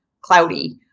cloudy